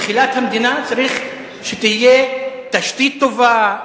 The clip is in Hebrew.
בתחילת המדינה צריך שתהיה תשתית טובה,